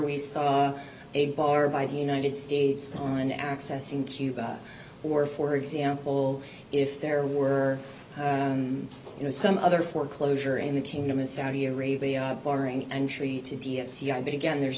we saw a bar by the united states on accessing cuba or for example if there were you know some other foreclosure in the kingdom in saudi arabia barring entry to d s yeah but again there's